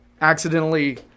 accidentally